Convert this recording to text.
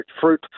fruit